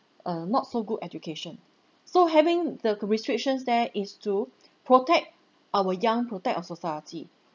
uh not so good education so having the c~ restrictions there is to protect our young protect our society